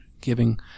giving